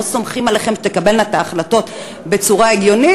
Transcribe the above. סומכים עליכן שתקבלו את ההחלטות בצורה הגיונית,